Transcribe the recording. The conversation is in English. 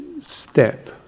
step